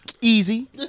Easy